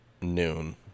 noon